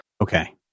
Okay